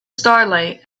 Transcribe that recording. starlight